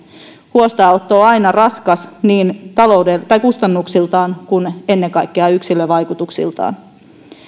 huostaanotto on aina raskas niin kustannuksiltaan kuin ennen kaikkea yksilövaikutuksiltaan